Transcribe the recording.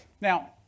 Now